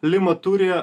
lima turi